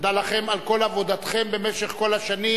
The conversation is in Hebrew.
תודה לכם על כל עבודתכם במשך כל השנים